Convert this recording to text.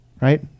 right